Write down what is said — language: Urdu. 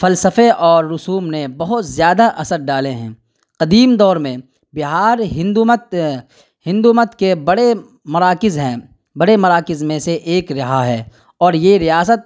فلسفے اور رسوم نے بہت زیادہ اثر ڈالے ہیں قدیم دور میں بہار ہندو مت ہندو مت کے بڑے مراکز ہیں بڑے مراکز میں سے ایک رہا ہے اور یہ ریاست